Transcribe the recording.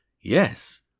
yes